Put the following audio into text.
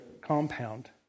compound